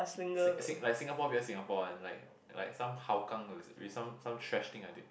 Sing~ Sing~ like Singapore v_s Singapore one like like some Hougang with with some some thrash thing I think